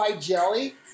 jelly